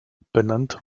benannt